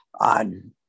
on